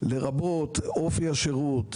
לרבות אופי השירות,